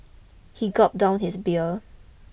he gulped down his beer